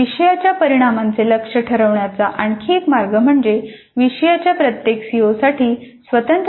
विषयाच्या परिणामांचे लक्ष्य ठरवण्याचा आणखी एक मार्ग म्हणजे विषयाच्या प्रत्येक सीओसाठी स्वतंत्रपणे लक्ष्य निश्चित केले जाऊ शकतात